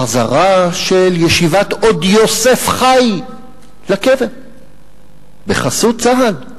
החזרתה של ישיבת "עוד יוסף חי" לקבר בחסות צה"ל,